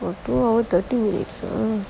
two hours thirty minutes ah